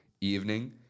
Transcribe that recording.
evening